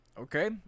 Okay